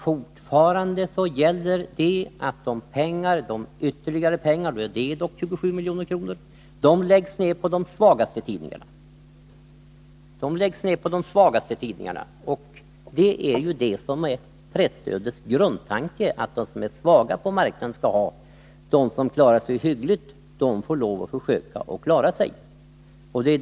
Fortfarande gäller att de ytterligare pengarna — det är dock 27 milj.kr. — läggs ned på de svagaste tidningarna. Presstödets grundtanke är ju att det är de som är svaga på marknaden som skall ha, medan de som klarar sig hyggligt får lov att försöka klara sig själva.